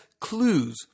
clues